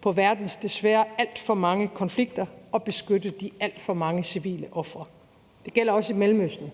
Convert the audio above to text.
på verdens desværre alt for mange konflikter og beskytte de alt for mange civile ofre. Det gælder også i Mellemøsten.